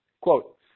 Quote